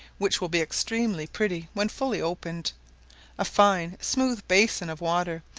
which will be extremely pretty when fully opened a fine smooth basin of water,